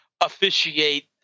officiate